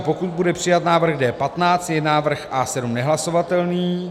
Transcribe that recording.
pokud bude přijat návrh D15, je návrh A7 nehlasovatelný